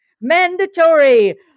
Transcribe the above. mandatory